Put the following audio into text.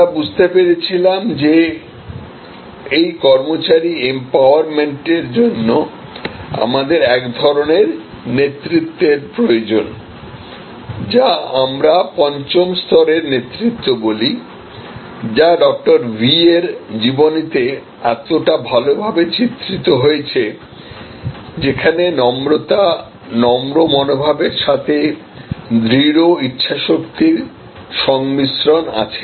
আমরা বুঝতে পেরেছিলাম যে এই কর্মচারী এম্পাওয়ার্রমেন্ট এর জন্য আমাদের এক ধরণের নেতৃত্বের প্রয়োজন যা আমরা পঞ্চম স্তরের নেতৃত্ব বলি যা ডক্টর ভি এর জীবনীতে এতটা ভালভাবে চিত্রিত হয়েছেযেখানে নম্রতা নম্র মনোভাবের সাথে দৃঢ় ইচ্ছাশক্তির সংমিশ্রণ আছে